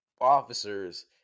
officers